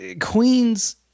Queen's